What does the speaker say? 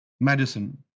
medicine